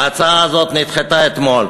ההצעה הזאת נדחתה אתמול.